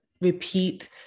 repeat